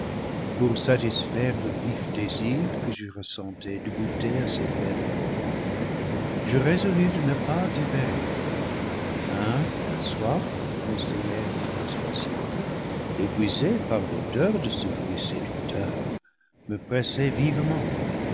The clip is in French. pour satisfaire le vif désir que je ressentais de goûter à ces belles pommes je résolus de ne pas différer la faim et la soif conseillères persuasives aiguisées par l'odeur de ce fruit sé ducteur me pressaient vivement